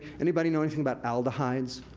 anybody know anything about aldehydes?